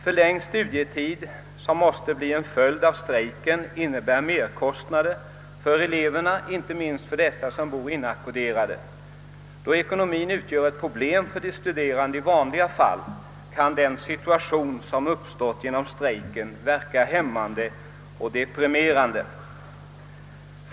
Förlängd studietid, som måste bli en följd av strejken, medför merkostnader för eleverna inte minst för dem som bor inackorderade. Då ekonomien utgör ett problem för de studerande redan i vanliga fall kan den situation som har uppstått genom strejken verka hämmande och deprimerande.